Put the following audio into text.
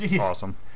Awesome